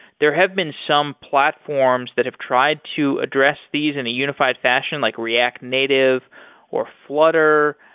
there have been some platforms that have tried to address these in a unified fashion, like react native or flutter.